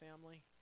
family